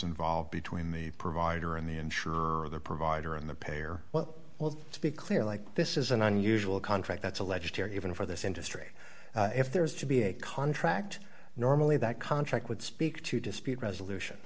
involved between the provider and the insurer the provider and the payer well well let's be clear like this is an unusual contract that's alleged here even for this industry if there is to be a contract normally that contract would speak to dispute resolution